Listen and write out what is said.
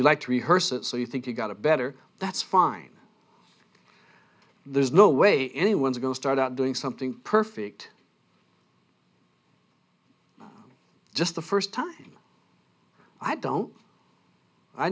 you like to rehearse it so you think you got a better that's fine there's no way anyone's going to start out doing something perfect just the first time i don't i